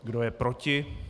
Kdo je proti?